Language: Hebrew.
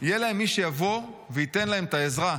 יהיה להם מי שיבוא וייתן להם את העזרה.